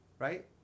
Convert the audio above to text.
Right